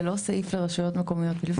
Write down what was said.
זה לא סעיף לרשויות מקומיות בלבד.